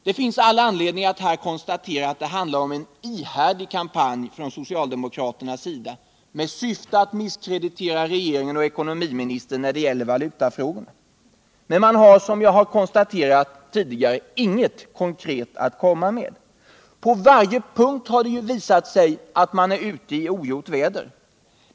Det finns all anledning att här konstatera att det handlar om en ihärdig kampanj från socialdemokraternas sida med syfte att misskreditera regeringen och ekonomiministern när det gäller valutafrågorna. Men man har, som jag konstaterat tidigare, inget konkret att komma med. På varje punkt har det ju visat sig att man är ute i ogjort väder.